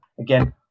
again